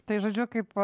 tai žodžiu kaip